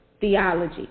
theology